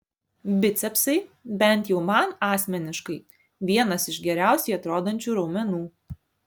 bicepsai bent jau man asmeniškai vienas iš geriausiai atrodančių raumenų